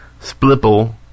Splipple